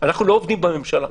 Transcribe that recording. לא עובדים בממשלה.